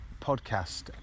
podcast